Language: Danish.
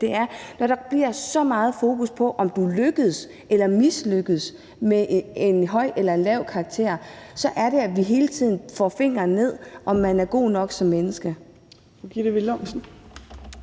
er, at når der bliver så meget fokus på, om du lykkedes eller mislykkedes med en høj eller lav karakter, så får vi hele tiden tommelfingeren ned, i forhold til om man er god nok som menneske.